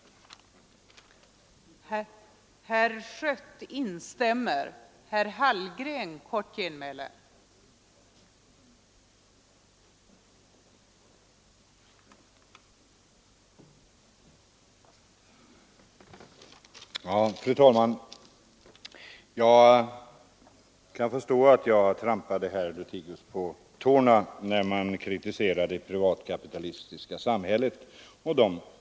Nr 66